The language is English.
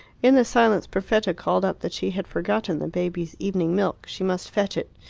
in the silence perfetta called up that she had forgotten the baby's evening milk she must fetch it.